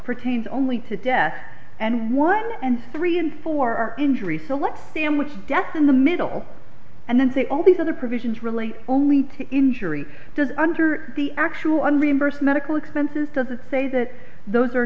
pertains only to death and one and three and four are injury so let's sandwich debts in the middle and then say all these other provisions really only to injury does under the actual reimburse medical expenses does it say that those are